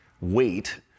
wait